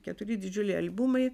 keturi didžiuliai albumai